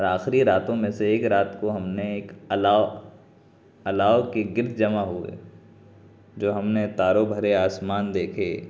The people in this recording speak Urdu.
آخری راتوں میں سے ایک رات کو ہم نے ایک الاؤ الاؤ کے گرد جمع ہوئے جو ہم نے تاروں بھرے آسمان دیکھے